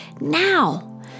now